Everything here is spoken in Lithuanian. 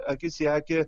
akis į akį